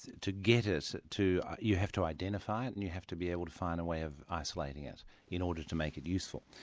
to get it, you have to identify it, and you have to be able to find a way of isolating it in order to make it useful.